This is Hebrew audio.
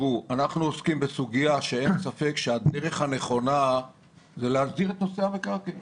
אנחנו עוסקים בסוגיה שאין ספק שהדרך הנכונה היא להסדיר את נושא המקרקעין